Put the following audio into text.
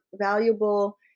valuable